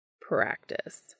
Practice